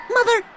Mother